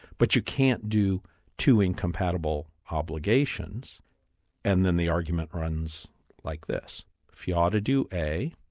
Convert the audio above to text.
but you can't do two incompatible obligations and then the argument runs like this if you ought to do a,